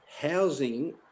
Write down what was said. housing